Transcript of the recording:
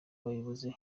bayobozi